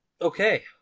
Okay